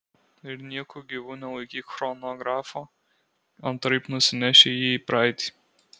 ir nieku gyvu nelaikyk chronografo antraip nusineši jį į praeitį